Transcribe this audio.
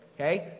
okay